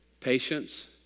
Patience